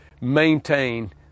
maintain